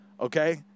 Okay